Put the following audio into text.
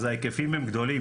אז ההיקפים הם גדולים,